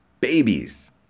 babies